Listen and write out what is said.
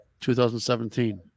2017